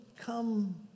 come